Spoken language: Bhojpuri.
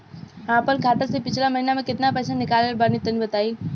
हम आपन खाता से पिछला महीना केतना पईसा निकलने बानि तनि बताईं?